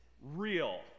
real